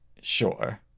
Sure